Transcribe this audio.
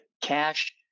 cash